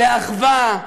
לאחווה,